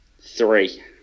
Three